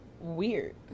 Weird